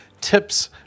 tips